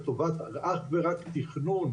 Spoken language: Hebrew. לטובת אך ורק תכנון,